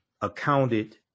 accounted